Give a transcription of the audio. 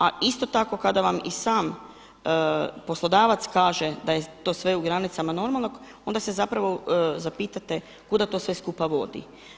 A isto tako kada vam i sam poslodavac kaže da je to sve u granicama normalnog, onda se zapravo zapitate kuda to sve skupa vodi.